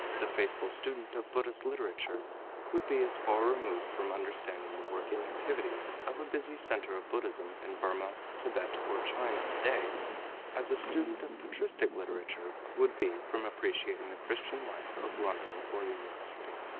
the faithful student of buddhist literature would be as far removed from understanding the working activities of a busy center of buddhism in burmah, tibet or china today as a student of patristic literature would be from appreciating the christian life of london or new york city.